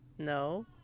No